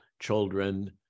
children